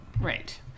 right